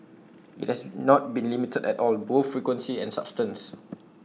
IT has not been limited at all both frequency and substance